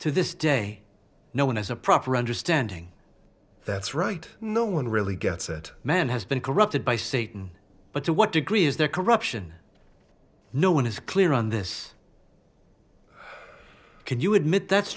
to this day no one has a proper understanding that's right no one really gets it man has been corrupted by satan but to what degree is there corruption no one is clear on this can you admit that